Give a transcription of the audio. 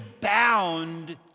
bound